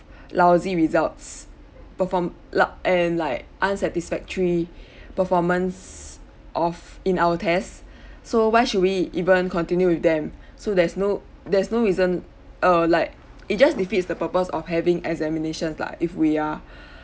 lousy results perform~ lou~ and like unsatisfactory performance of in our test so why should we even continue with them so there's no there's no reason err like it just defeats the purpose of having examination lah if we are